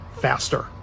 faster